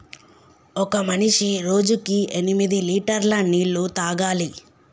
ఒక మనిషి రోజుకి ఎనిమిది లీటర్ల నీళ్లు తాగాలి